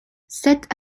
sept